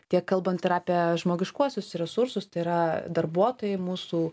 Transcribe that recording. tiek kalbant ir apie žmogiškuosius resursus tai yra darbuotojai mūsų